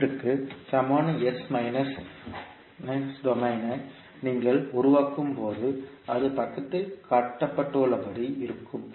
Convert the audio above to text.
சர்க்யூட்க்கு சமமான s minus டொமைனை நீங்கள் உருவாக்கும்போது அது படத்தில் காட்டப்பட்டுள்ளபடி இருக்கும்